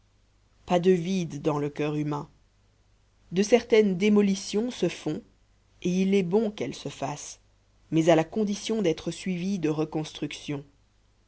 pas de vide dans le coeur humain de certaines démolitions se font et il est bon qu'elles se fassent mais à la condition d'être suivies de reconstructions